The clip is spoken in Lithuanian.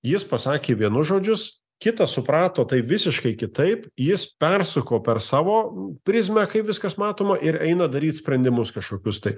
jis pasakė vienus žodžius kitas suprato tai visiškai kitaip jis persuko per savo prizmę kaip viskas matoma ir eina daryt sprendimus kažkokius tai